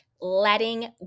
letting